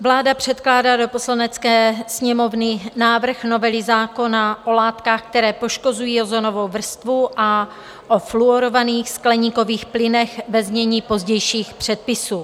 Vláda předkládá do Poslanecké sněmovny návrh novely zákona o látkách, které poškozují ozonovou vrstvu, a o fluorovaných skleníkových plynech, ve znění pozdějších předpisů.